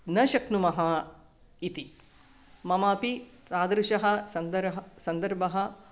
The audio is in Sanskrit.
न शक्नुमः इति मम अपि तादृशः सन्दरः सन्दर्भः